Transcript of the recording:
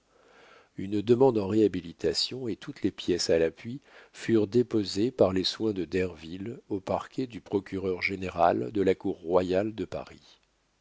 une demande en réhabilitation et toutes les pièces à l'appui furent déposées par les soins de derville au parquet du procureur-général de la cour royale de paris